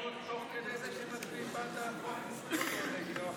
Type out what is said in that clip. הם חתמו תוך כדי זה שמצביעים בעד חוק הסבירות או אחרי?